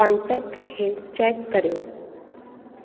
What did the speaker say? contact खे check करियो